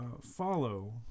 follow